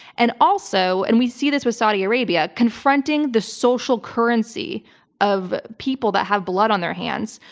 and also and we see this with saudi arabia confronting the social currency of people that have blood on their hands.